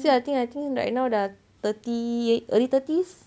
so I think I think right now dah thirty early thirties